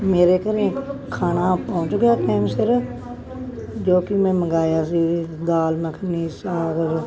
ਮੇਰੇ ਘਰ ਖਾਣਾ ਪਹੁੰਚ ਗਿਆ ਟਾਈਮ ਸਿਰ ਜੋ ਕਿ ਮੈਂ ਮੰਗਵਾਇਆ ਸੀ ਦਾਲ ਮੱਖਣੀ ਸਾਗ